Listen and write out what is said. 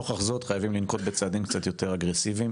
נוכח זאת חייבים לנקוט צעדים קצת יותר אגרסיביים,